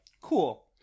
cool